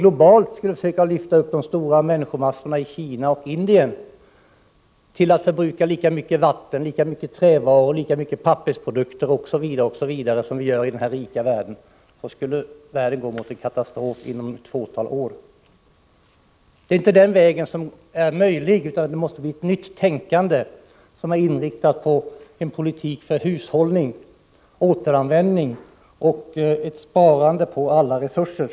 Och om de stora människomassorna i Kina och Indien skulle tillåtas förbruka lika mycket vatten, trävaror, pappersprodukter m.m. som vi i den rika världen förbrukar, skulle världen gå mot en katastrof inom ett fåtal år. Det är alltså omöjligt att nå en utjämning på det sättet. Det måste till ett nytänkande. Vi behöver en politik som är inriktad på hushållning, återanvändning och sparande när det gäller alla resurser.